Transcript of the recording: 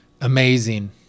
amazing